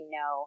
no